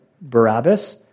Barabbas